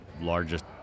largest